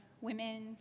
women